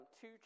two